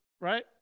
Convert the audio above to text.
right